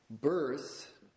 Birth